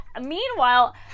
meanwhile